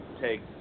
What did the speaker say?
take